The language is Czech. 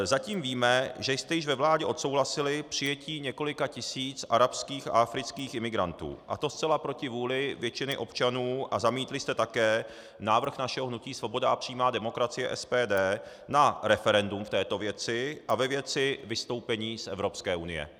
Zatím víme, že jste již ve vládě odsouhlasili přijetí několika tisíc arabských a afrických imigrantů, a to zcela proti vůli většiny občanů, a zamítli jste také návrh našeho hnutí Svoboda a přímá demokracie SPD na referendum v této věci a ve věci vystoupení z Evropské unie.